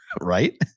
Right